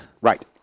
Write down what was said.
Right